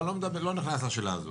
אז אני לא נכנס לשאלה הזו.